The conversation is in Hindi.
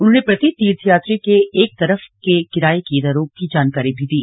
उन्होंने प्रति तीर्थयात्री के एक ओर के किराए की दरों की जानकारी भी दी